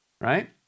right